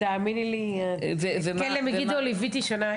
לא, תאמיני לי, את כלא מגידו ליוויתי שנה.